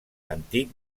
antic